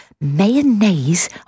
Mayonnaise